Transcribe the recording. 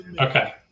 Okay